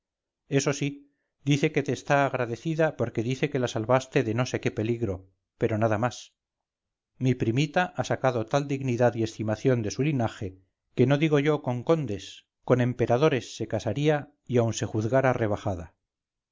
eso sí dice que te está agradecida porque dice que la salvaste de no sé qué peligro pero nada más mi primita ha sacado tal dignidad y estimación de su linaje que no digo yo con condes con emperadores se casaría y aún se juzgara rebajada